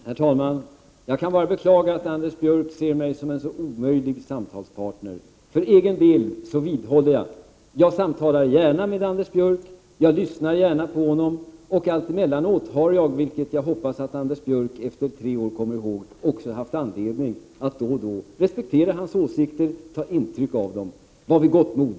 Herr talman! Jag kan bara beklaga att Anders Björck ser mig som en så omöjlig samtalspartner. För egen del vidhåller jag: Jag samtalar gärna med Anders Björck, jag lyssnar gärna på honom och alltemellanåt har jag också — vilket jag hoppas att Anders Björck efter tre år kommer ihåg — haft anledning att respektera hans åsikter och ta intryck av dem. Var vid gott mod!